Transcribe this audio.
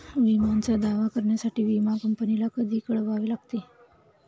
विम्याचा दावा करण्यासाठी विमा कंपनीला कधी कळवावे लागते?